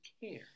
care